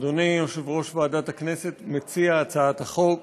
אדוני יושב-ראש ועדת הכנסת, מציע הצעת החוק,